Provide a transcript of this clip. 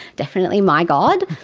definitely my god,